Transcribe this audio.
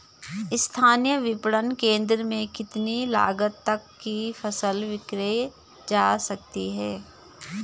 स्थानीय विपणन केंद्र में कितनी लागत तक कि फसल विक्रय जा सकती है?